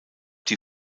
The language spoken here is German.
die